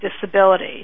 disability